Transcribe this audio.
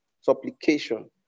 supplication